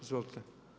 Izvolite.